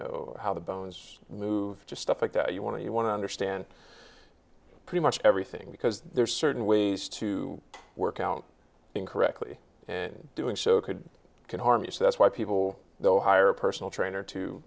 know how the bones move just stuff like that you want to you want to understand pretty much everything because there are certain ways to work out incorrectly and doing so could can harm you so that's why people though hire a personal trainer to